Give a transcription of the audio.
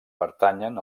pertanyen